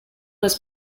was